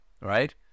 Right